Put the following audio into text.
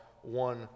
one